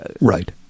Right